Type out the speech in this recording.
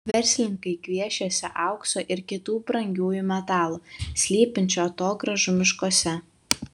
verslininkai gviešiasi aukso ir kitų brangiųjų metalų slypinčių atogrąžų miškuose